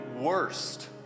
worst